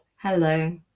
hello